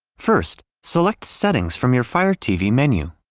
first, select settings from your fire tv menu.